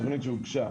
התוכנית שהוגשה,